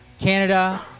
Canada